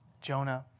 Jonah